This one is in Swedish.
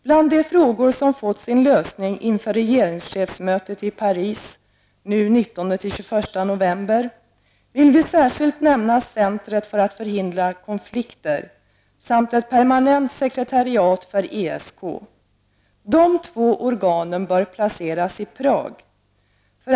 Bland de frågor som fått sin lösning inför regeringschefsmötet i Paris den 19--21 november vill vi särskilt nämna centret för att förhindra konflikter samt ett permanent sekretariat för ESK. De två organen bör placeras i Prag.